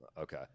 Okay